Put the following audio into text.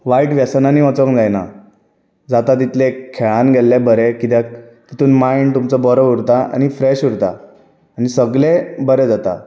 वायट वेसनांनी वचोंक जायना जाता तितले खेळान गेल्ले बरें कित्याक तेतून मायण्ड तुमचो बरो उरता आनी फ्रेश उरता आनी सगलें बरें जाता